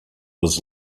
was